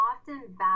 often